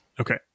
okay